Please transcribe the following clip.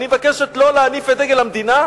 אני מבקשת לא להניף את דגל המדינה?